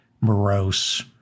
morose